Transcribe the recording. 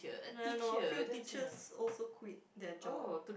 uh no a few teachers also quit their job